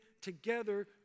together